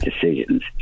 decisions